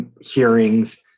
hearings